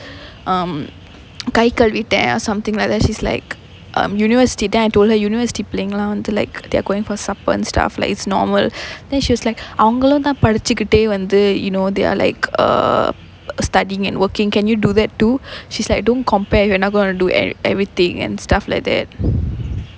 um கை கழுவிட்டேன்:kai kaluvittaen something like that she's like um university then I told her university பிள்ளைங்கல்லாம் வந்து:pillaingallaam vanthu like they are going for supper and stuff like it's normal then she was like அவன்களுந்தான் படிச்சிகிட்டே வந்து:avangalunthaan padichikittae vanthu you know they are like uh studying and working can you do that too she was like don't compare you are not gonna do everything and stuff like that